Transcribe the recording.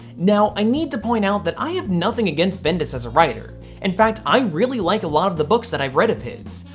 now i need to point out that i have nothing against bendis as a writer. in and fact, i really like a lot of the book's that i've read of his,